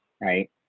right